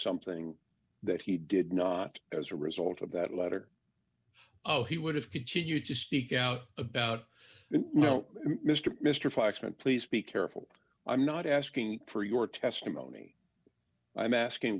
something that he did not as a result of that letter oh he would have continued to speak out about you know mr mr foxman please be careful i'm not asking for your testimony i'm asking